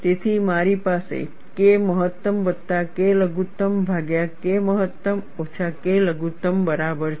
તેથી મારી પાસે K મહત્તમ વત્તા K લઘુત્તમ ભાગ્યા K મહત્તમ ઓછા K લઘુત્તમ બરાબર છે